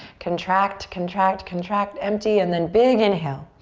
contract, contract, contract. empty and then big inhale.